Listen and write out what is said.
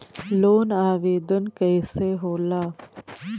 Loan आवेदन कैसे होला?